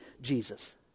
Jesus